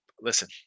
Listen